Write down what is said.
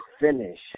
finish